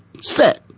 set